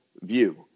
view